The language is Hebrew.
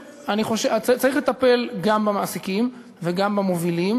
מפלגות, ובהם כ-1.7 מיליון